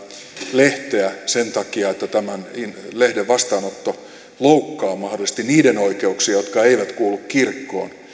lehteä sen takia että tämän lehden vastaanotto loukkaa mahdollisesti niiden oikeuksia jotka eivät kuulu kirkkoon